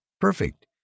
Perfect